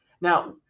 now